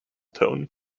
tone